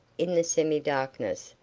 in the semi-darkness,